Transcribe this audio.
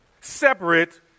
separate